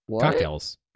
Cocktails